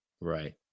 Right